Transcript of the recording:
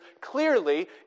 clearly